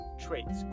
traits